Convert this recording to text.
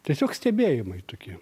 tiesiog stebėjimai tokie